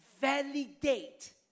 validate